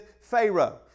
Pharaoh